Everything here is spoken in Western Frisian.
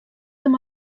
him